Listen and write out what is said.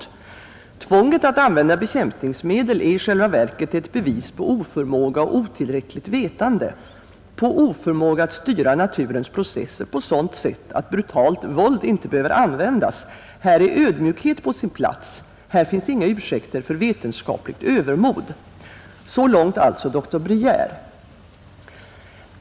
I verkligheten är tvånget att använda bekämpningsmedel ett bevis på oskicklighet och otillräckligt vetande, och på oförmågan att styra naturens processer på sådant sätt att brutalt våld inte behöver användas. Här är ödmjukhet på sin plats; här finns inga ursäkter för vetenskapligt övermod.” — Så långt dr Briejér.